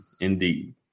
indeed